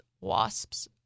wasps